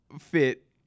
fit